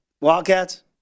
Wildcats